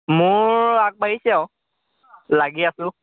মোৰ আগবাঢ়িছে আৰু লাগি আছোঁ